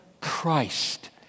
Christ